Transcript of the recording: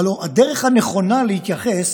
הלוא הדרך הנכונה להתייחס